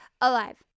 alive